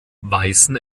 weißen